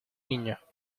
niño